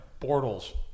Bortles